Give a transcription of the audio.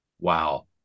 Wow